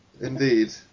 Indeed